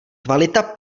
kvalita